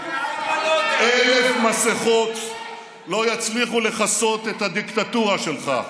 1,000 מסכות לא יצליחו לכסות את הדיקטטורה שלך.